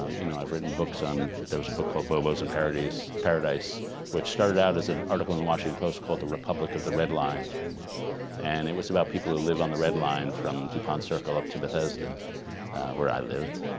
you know i've written books on there was a book called bobo's and parodies paradise which started out as an article in the washington post called the republic of the red line and it was about people who live on the red line from dupont circle up to bethesda where i lived